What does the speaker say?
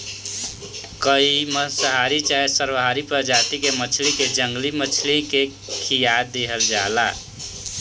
कोई मांसाहारी चाहे सर्वाहारी प्रजाति के मछली के जंगली मछली के खीया देहल जाला